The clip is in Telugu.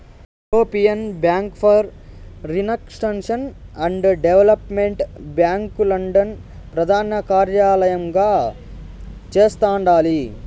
European bank for reconstruction and development bank London ప్రదానకార్యలయంగా చేస్తండాలి